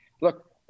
look